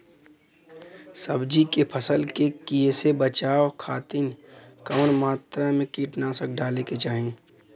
सब्जी के फसल के कियेसे बचाव खातिन कवन मात्रा में कीटनाशक डाले के चाही?